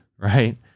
right